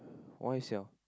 why sia